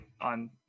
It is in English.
on